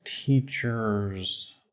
teachers